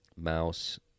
mouse